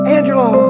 Angelo